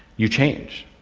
you change,